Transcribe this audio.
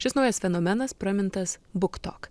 šis naujas fenomenas pramintas buktok